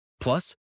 Plus